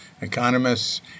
economists